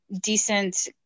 decent